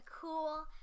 cool